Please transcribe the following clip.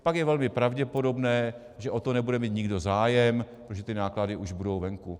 Pak je velmi pravděpodobné, že o to nebude mít nikdo zájem, protože ty náklady už budou venku.